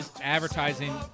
advertising